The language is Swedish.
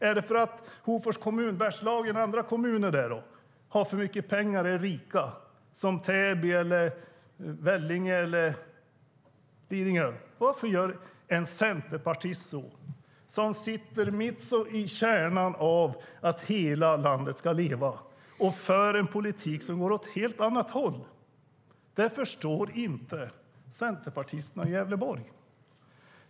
Är det för att Hofors kommun och andra kommuner i Bergslagen har så mycket pengar och är rika, som Täby, Vellinge eller Lidingö? Varför gör en centerpartist så, som sitter mitt i kärnan av att hela landet ska leva, och för en politik som går åt ett helt annat håll? Det förstår inte centerpartisterna i Gävleborg.